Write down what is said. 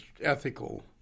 ethical